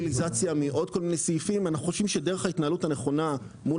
אנחנו חושבים שדרך ההתנהלות הנכונה מול